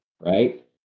right